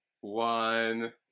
One